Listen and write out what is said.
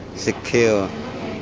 sick cure.